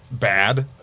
Bad